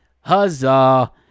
Huzzah